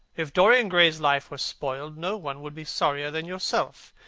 if dorian gray's life were spoiled, no one would be sorrier than yourself.